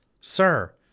sir